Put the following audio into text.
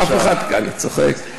אף אחד, אני צוחק.